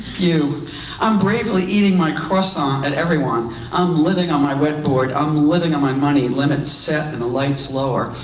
you i'm bravely eating my croissant at everyone i'm living on my wet board i'm living on my money limits set and the lights lower.